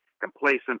complacent